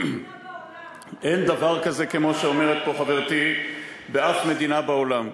אין דבר כזה באף מדינה בעולם.